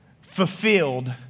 fulfilled